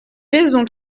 raisons